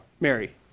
Mary